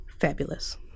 fabulous